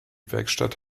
werkstatt